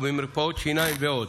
במרפאות שיניים ועוד.